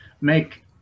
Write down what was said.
make